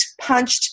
punched